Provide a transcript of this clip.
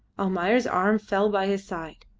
almayer's arm fell by his side,